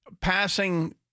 passing